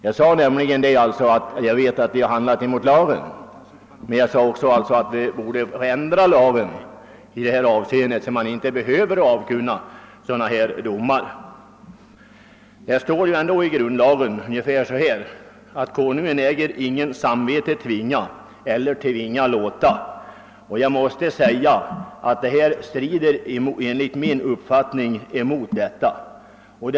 Jag underströk nämligen att jag vet att prästerna i fråga har handlat emot lagen, men jag sade också att vi borde ändra lagen i detta avseende, så att man inte behöver avkunna sådana domar. Det står ändå i grundlagen: »Konungen bör ——— ingens samvete tvinga eller tvinga låta ———.» Den här aktuella situationen strider enligt min uppfattning mot dessa ord.